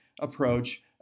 approach